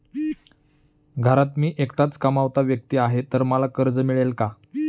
घरात मी एकटाच कमावता व्यक्ती आहे तर मला कर्ज मिळेल का?